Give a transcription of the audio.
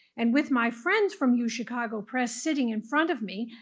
and with my friends from yeah uchicago press sitting in front of me,